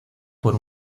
por